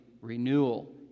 renewal